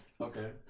Okay